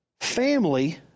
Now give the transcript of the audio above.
family